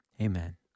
amen